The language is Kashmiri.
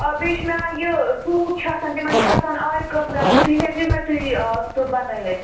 آ بیٚیہِ چھِ مےٚ یہِ سوٗٹ چھِ آسان تِمَن چھِ آسان آرِ کٲم کَرٕنۍ تُہۍ ہیٚکو مےٚ تُہۍ سُہ بَنٲوِتھ